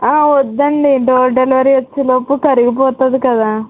వద్దండీ door delivery వచ్చేలోపు కరిగిపోతుంది కదా